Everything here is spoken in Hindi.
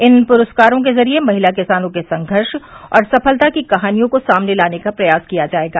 इन पुरस्कारों के जरिये महिला किसानों के संघर्ष और सफलता की कहानियों को सामने लाने का प्रयास किया जाएगा